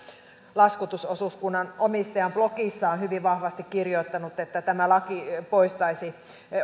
laskutusosuuskunnan omistaja on blogissaan hyvin vahvasti kirjoittanut että tämä laki poistaisi